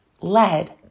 lead